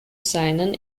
seinen